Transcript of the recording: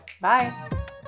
bye